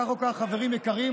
כך או כך, חברים יקרים,